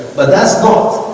but that's not